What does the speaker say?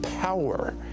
power